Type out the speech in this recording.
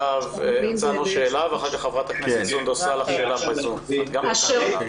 נאמר עכשיו שהן הוחרגו.